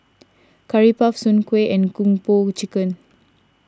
Curry Puff Soon Kueh and Kung Po Chicken